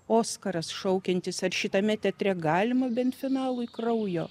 oskaras šaukiantis ar šitame teatre galima bent finalui kraujo